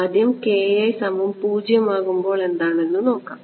ആദ്യം ആകുമ്പോൾ എന്താണെന്ന് നോക്കാം